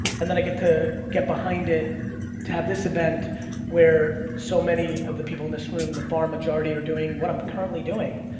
and then i get to get behind it to have this event where so many of the people in this room, the far majority, are doing what i'm currently doing.